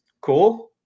cool